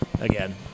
again